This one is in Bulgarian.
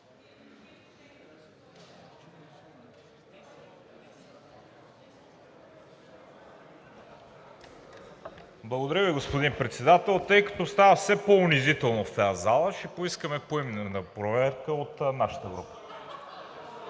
Благодаря Ви, господин Председател. Тъй като става все по-унизително в тази зала, ще поискаме поименна проверка от нашата група.